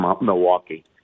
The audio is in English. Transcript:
Milwaukee